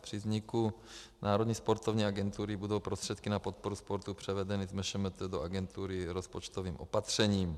Při vzniku Národní sportovní agentury budou prostředky na podporu sportu převedeny z MŠMT do agentury rozpočtovým opatřením.